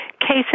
cases